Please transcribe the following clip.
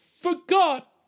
forgot